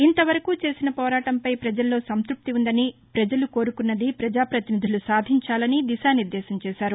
ఇంతవరకూ చేసిన పోరాటంపై ప్రజలలో సంత్యప్తి ఉందని ప్రజలు కోరుకున్నది పజాపతినిధులు సాధించాలని దిశానిర్దేశం చేశారు